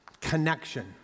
connection